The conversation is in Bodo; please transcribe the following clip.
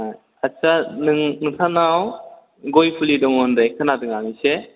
ओ आदसा नोंथांनाव गय फुलि दङ होननाय खोनादों आं एसे